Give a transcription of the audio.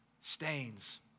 stains